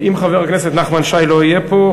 אם חבר הכנסת נחמן שי לא יהיה פה,